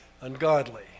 ungodly